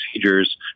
procedures